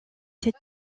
ses